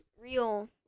real